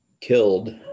killed